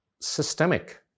systemic